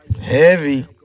heavy